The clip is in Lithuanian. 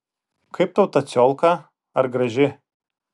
kaip tau ta ciolka ar graži